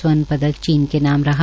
स्वर्ण पदक चीन के नाम रहा